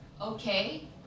okay